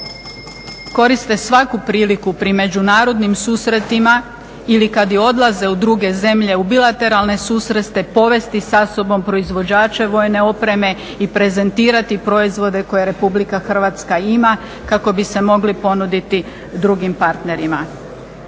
koriste svaku priliku pri međunarodnim susretima ili kad odlaze u druge zemlje u bilateralne susrete povesti sa sobom proizvođača vojne opreme i prezentirati proizvode koje Republika Hrvatska ima kako bi se mogli ponuditi drugim partnerima.